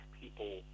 people